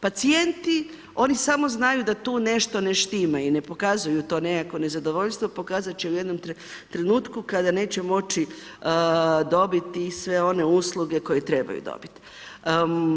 Pacijenti, oni samo znaju da tu nešto ne štima i ne pokazuju to nekakvo nezadovoljstvo, pokazati će u jednom trenutku kada neće moći dobiti sve one usluge koje trebaju dobiti.